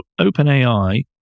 OpenAI